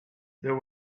there